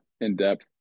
in-depth